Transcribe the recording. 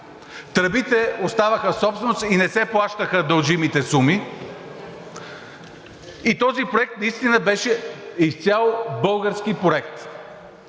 тръбите оставаха собственост и не се плащаха дължимите суми. И този проект наистина беше изцяло български проект.